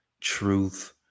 truth